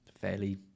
fairly